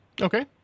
Okay